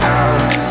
out